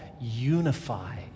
unify